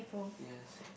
yes